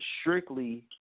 strictly